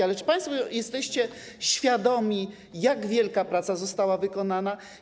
Ale czy państwo jesteście świadomi tego, jak wielka praca została wykonana?